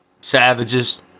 savages